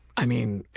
i mean,